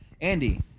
Andy